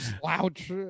Slouch